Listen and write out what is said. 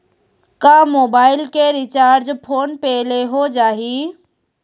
का मोबाइल के recharge phone पे ले हो जाही?